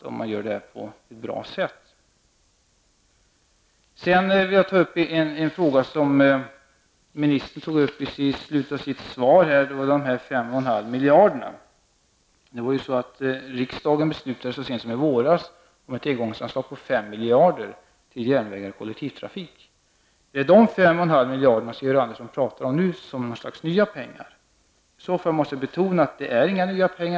Sedan vill jag ställa en fråga med anledning av det som kommunikationsministern tog upp i slutet av sitt svar och som gäller de 5,5 miljarderna. Så sent som i våras beslutade riksdagen om ett engångsanslag på 5,5 miljarder till järnväg och kollektivtrafik. Är det dessa 5,5 miljarder som Georg Andersson pratar om som ''nya pengar''? I så fall måste det betonas att det inte rör sig om några nya pengar.